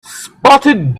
spotted